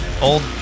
Old